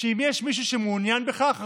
אם יש מישהו שמעוניין בכך,